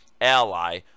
ally